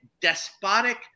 despotic